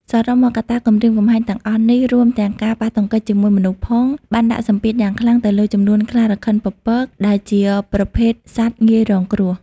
សរុបមក កត្តាគំរាមកំហែងទាំងអស់នេះ រួមទាំងការប៉ះទង្គិចជាមួយមនុស្សផង បានដាក់សម្ពាធយ៉ាងខ្លាំងទៅលើចំនួនខ្លារខិនពពក ដែលជាប្រភេទសត្វ ងាយរងគ្រោះ។